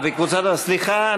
סליחה,